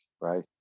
Right